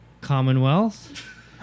commonwealth